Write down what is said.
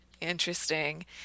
Interesting